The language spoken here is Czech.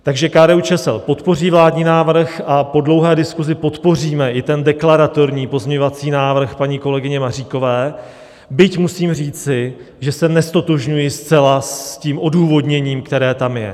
Takže KDUČSL podpoří vládní návrh a po dlouhé diskusi podpoříme i ten deklaratorní pozměňovací návrh paní kolegyně Maříkové, byť musím říci, že se neztotožňuji zcela s tím odůvodněním, které tam je.